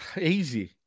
Easy